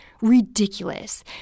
ridiculous